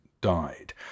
died